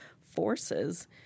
forces